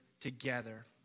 together